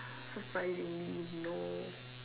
so surprisingly no